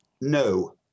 no